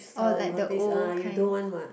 or like the old kind